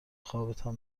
خوابتم